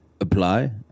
apply